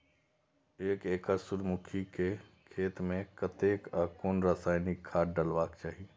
एक एकड़ सूर्यमुखी केय खेत मेय कतेक आ कुन रासायनिक खाद डलबाक चाहि?